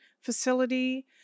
facility